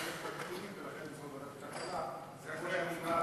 כרגע ועדת הכלכלה דנה בחוק היוצרים,